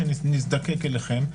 שנזדקק אליכם,